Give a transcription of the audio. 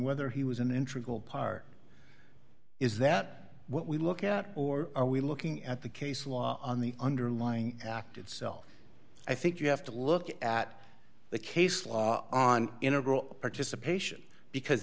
whether he was an interim goal part is that what we look at or are we looking at the case law on the underlying act itself i think you have to look at the case law on integral participation because